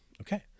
Okay